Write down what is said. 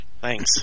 Thanks